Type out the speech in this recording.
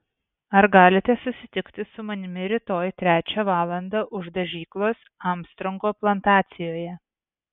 ar galite susitikti su manimi rytoj trečią valandą už dažyklos armstrongo plantacijoje